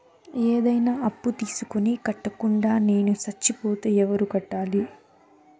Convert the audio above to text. ఏదైనా అప్పు తీసుకొని కట్టకుండా నేను సచ్చిపోతే ఎవరు కట్టాలి?